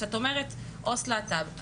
כשאת אומרת עו"ס להט"ב.